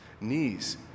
knees